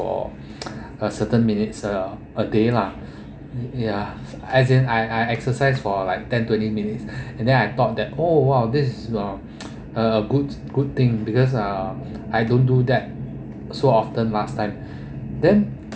for a certain minutes a a day lah ya as in I I exercise for like ten twenty minutes and then I thought that oh !wow! this is uh good good thing because uh I don't do that so often last time then